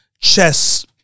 chess